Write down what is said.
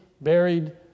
buried